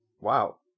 Wow